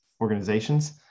organizations